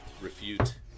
refute